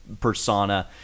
persona